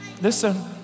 listen